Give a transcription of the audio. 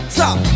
top